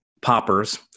poppers